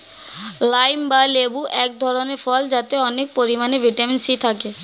lime বা লেবু এক ধরনের ফল যাতে অনেক পরিমাণে ভিটামিন সি থাকে